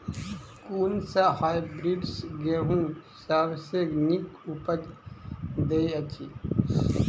कुन सँ हायब्रिडस गेंहूँ सब सँ नीक उपज देय अछि?